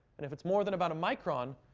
and if it's more than about a micron,